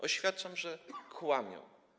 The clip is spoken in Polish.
Oświadczam, że kłamią.